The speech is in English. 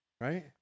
right